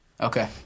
Okay